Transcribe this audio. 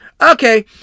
Okay